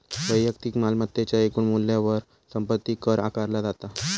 वैयक्तिक मालमत्तेच्या एकूण मूल्यावर संपत्ती कर आकारला जाता